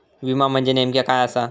विमा म्हणजे नेमक्या काय आसा?